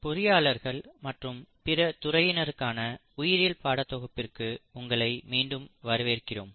பொறியாளர்கள் மற்றும் பிற துறையினருக்கான உயிரியல் பாடத்தொகுப்பிற்கு உங்களை மீண்டும் வரவேற்கிறோம்